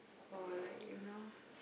or like you know